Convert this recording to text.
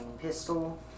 pistol